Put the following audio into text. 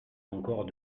encore